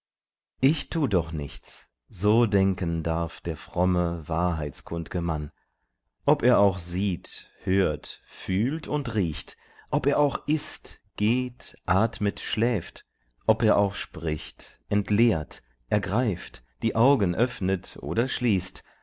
ich tu doch nichts so denken darf der fromme wahrheitskund'ge mann ob er auch sieht hört fühlt und riecht ob er auch ißt geht atmet schläft ob er auch spricht entleert ergreift die augen öffnet oder schließt